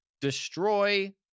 destroy